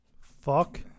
Fuck